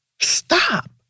stop